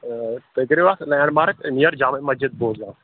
تُہۍ کٔرِو اَتھ landmark near Jama Masjid Bozgam